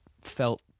felt